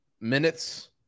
minutes –